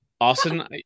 Austin